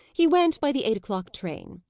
he went by the eight o'clock train.